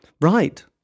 right